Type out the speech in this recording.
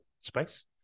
space